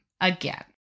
again